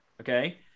Okay